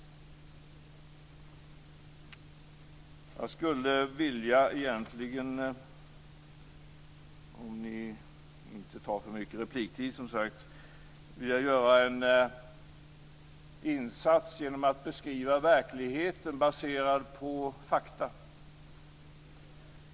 Jag skulle vilja göra en insats - om ni inte tar för mycket repliktid - genom att beskriva verkligheten baserad på fakta.